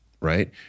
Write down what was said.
right